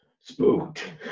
Spooked